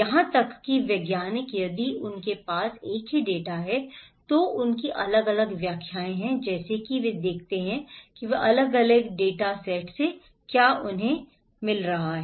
यहां तक कि वैज्ञानिक यदि उनके पास एक ही डेटा है तो उनकी अलग अलग व्याख्याएं हैं जैसे कि वे देखते हैं कि वे अलग अलग डेटा सेट से आ रहे हैं